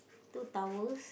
two towels